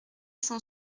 cent